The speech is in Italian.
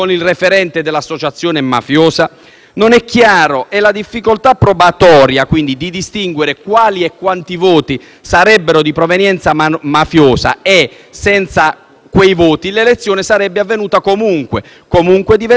Non è chiaro e la difficoltà probatoria, quindi, di distinguere quali e quanti voti sarebbero di provenienza mafiosa e se senza quei voti l'elezione sarebbe avvenuta comunque diventerebbe praticamente insormontabile.